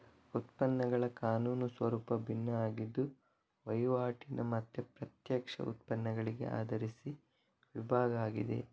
ಉತ್ಪನ್ನಗಳ ಕಾನೂನು ಸ್ವರೂಪ ಭಿನ್ನ ಆಗಿದ್ದು ವೈವಾಟಿನ ಮತ್ತೆ ಪ್ರತ್ಯಕ್ಷ ಉತ್ಪನ್ನಗಳಿಗೆ ಆಧರಿಸಿ ವಿಭಾಗ ಆಗಿದೆ